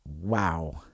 Wow